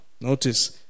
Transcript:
Notice